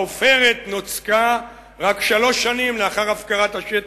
העופרת נוצקה רק שלוש שנים לאחר הפקרת השטח,